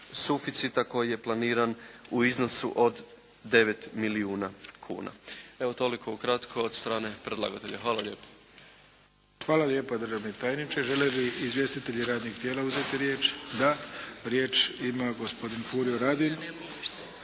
suficita koji je planiran u iznosu od 9 milijuna kuna. Evo toliko ukratko od strane predlagatelja. Hvala lijepo. **Arlović, Mato (SDP)** Hvala lijepa državni tajniče. Žele li izvjestitelji radnih tijela uzeti riječ? Da. Riječ ima gospodin Furio Radin.